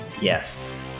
Yes